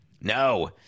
No